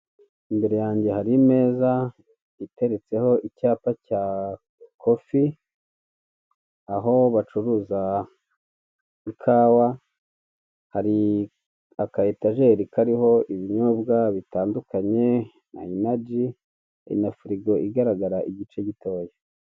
Imbere yange hari imeza iteretseho icyapa cya kofi aho bacuruza ikawa, hari akaetajeri kariho ibinyobwa bitandukanye bya inaji, hari na firigo igaragara igice gitoya.